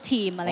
Team